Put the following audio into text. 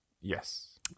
Yes